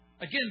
Again